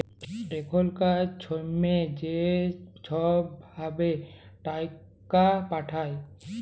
এখলকার ছময়ে য ছব ভাবে টাকাট পাঠায়